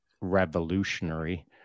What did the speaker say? revolutionary